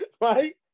Right